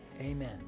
amen